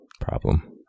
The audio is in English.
problem